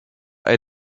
elle